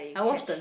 I watched the